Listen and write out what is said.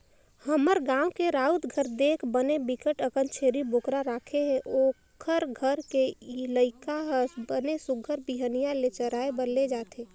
हमर गाँव के राउत घर देख बने बिकट अकन छेरी बोकरा राखे हे, ओखर घर के लइका हर बने सुग्घर बिहनिया ले चराए बर ले जथे